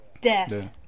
death